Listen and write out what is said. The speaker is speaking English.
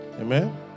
Amen